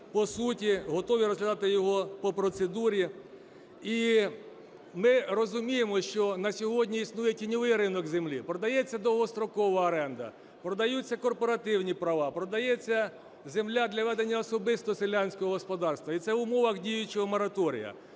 по суті, готові розглядати його по процедурі. І ми розуміємо, що на сьогодні існує тіньовий ринок землі. Продається довгострокова оренда, продаються корпоративні права, продається земля для ведення особистого селянського господарства. І це в умовах діючого мораторію.